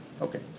Okay